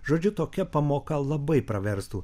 žodžiu tokia pamoka labai praverstų